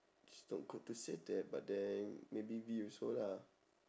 it's not good to say that but then maybe me also lah